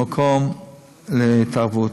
מקום להתערבות.